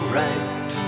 right